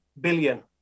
billion